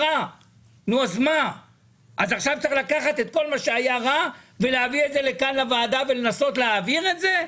האם עכשיו צריך להביא את כל מה שהיה רע לוועדה ולנסות להעביר את זה?